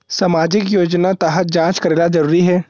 सामजिक योजना तहत जांच करेला जरूरी हे